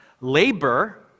labor